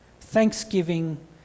thanksgiving